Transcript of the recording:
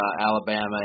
Alabama